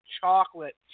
chocolate